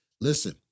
Listen